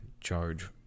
charge